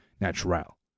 natural